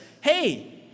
hey